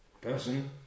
Person